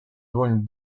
dłoń